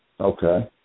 Okay